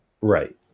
Right